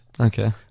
Okay